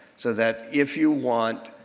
so that if you want,